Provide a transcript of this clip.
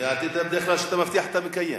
ובדרך כלל כשאתה מבטיח אתה מקיים.